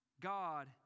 God